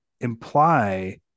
imply